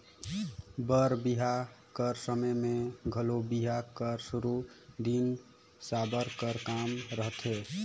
बर बिहा कर समे मे घलो बिहा कर सुरू दिन साबर कर काम रहथे